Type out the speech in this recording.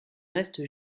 reste